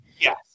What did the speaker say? Yes